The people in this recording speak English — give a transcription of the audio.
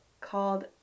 called